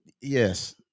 yes